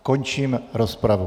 Končím rozpravu.